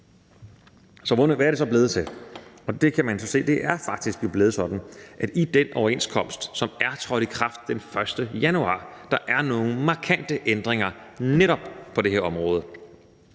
Hvad er det så blevet til? Man kan se, at det faktisk er blevet sådan, at i den overenskomst, som er trådt i kraft den 1. januar, er der nogle markante ændringer netop på det her område.